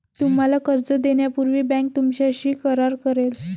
तुम्हाला कर्ज देण्यापूर्वी बँक तुमच्याशी करार करेल